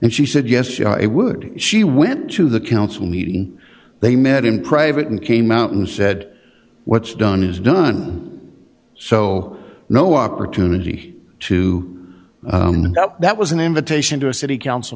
and she said yes you know it would she went to the council meeting they met in private and came out and said what's done is done so no opportunity to that was an invitation to a city council